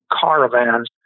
caravans